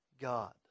God